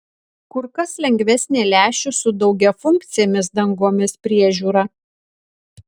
kur kas lengvesnė lęšių su daugiafunkcėmis dangomis priežiūra